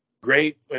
great